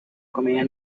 comedia